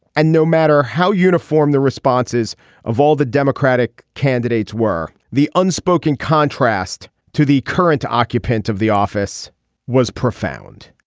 and no matter how uniform the responses of all the democratic candidates were the unspoken contrast to the current occupant of the office was profound